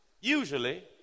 Usually